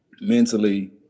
mentally